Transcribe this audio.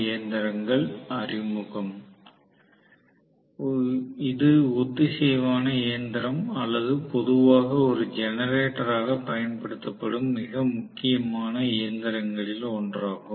இது ஒத்திசைவான இயந்திரம் அல்லது பொதுவாக ஒரு ஜெனரேட்டராகப் பயன்படுத்தப்படும் மிக முக்கியமான இயந்திரங்களில் ஒன்றாகும்